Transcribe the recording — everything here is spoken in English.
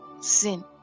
sin